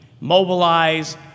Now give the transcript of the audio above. mobilize